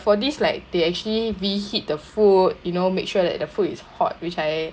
for this like they actually reheat the food you know make sure that the food is hot which I